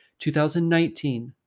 2019